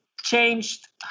changed